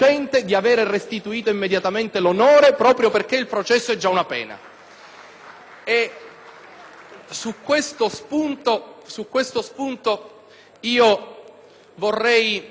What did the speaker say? Su questo spunto vorrei ribadire alcune considerazioni sui disegni di legge